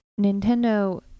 nintendo